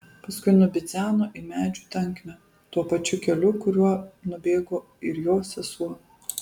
paskui nubidzeno į medžių tankmę tuo pačiu keliu kuriuo nubėgo ir jo sesuo